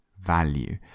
value